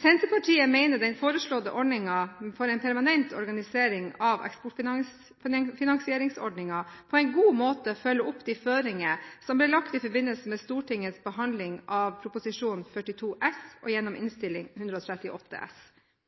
Senterpartiet mener den foreslåtte ordningen for en permanent organisering av eksportfinansieringsordningen på en god måte følger opp de føringer som ble lagt i forbindelse med Stortingets behandling av Prop. 42 S for 2011–2012 og gjennom Innst. 138 S